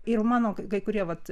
ir mano kai kurie vat